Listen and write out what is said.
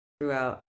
throughout